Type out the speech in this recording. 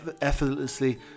effortlessly